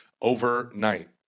overnight